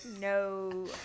No